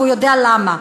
והוא יודע למה.